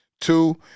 Two